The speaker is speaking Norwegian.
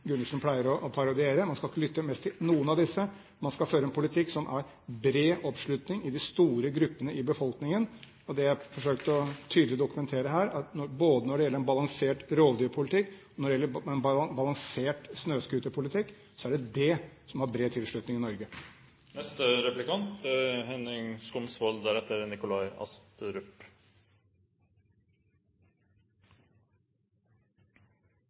Gundersen pleier å parodiere dem. Man skal ikke lytte mest til noen av disse. Man skal føre en politikk som har bred oppslutning i de store gruppene i befolkningen. Det er det jeg har forsøkt å dokumentere tydelig her. Både når det gjelder en balansert rovdyrpolitikk og når det gjelder en balansert snøscooterpolitikk, er det det som har bred tilslutning i Norge. Det er mulig å tolke statistikk på forskjellige måter. Vi kunne sikkert holde på mange dager og